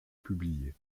publiées